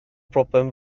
broblem